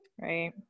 right